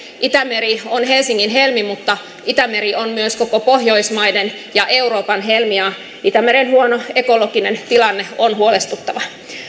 itämeri on helsingin helmi mutta itämeri on myös koko pohjoismaiden ja euroopan helmi ja itämeren huono ekologinen tilanne on huolestuttava